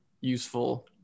useful